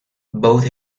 both